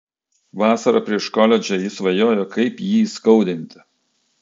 vasarą prieš koledžą ji svajojo kaip jį įskaudinti